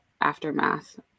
aftermath